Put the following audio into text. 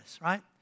right